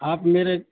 آپ میرے